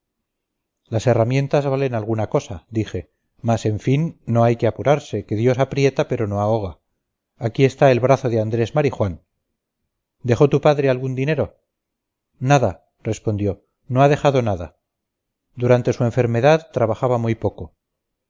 las herramientas valen alguna cosa dije mas en fin no hay que apurarse que dios aprieta pero no ahoga aquí está el brazo de andrés marijuán dejó tu padre algún dinero nada respondió no ha dejado nada durante su enfermedad trabajaba muy poco